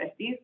50s